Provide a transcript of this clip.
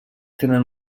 tenen